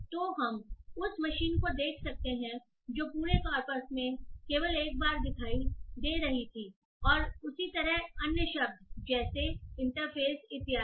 तो हम देख सकते हैं कि शब्द मशीन जो पूरे कॉर्पस में केवल एक बार दिखाई दे रहा था हटा दिया गया दी गई है और इसी तरह अन्य शब्द जैसे इंटरफ़ेस इत्यादि